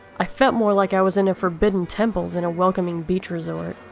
i felt more like i was in a forbidden temple than a welcoming beach resort.